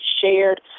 shared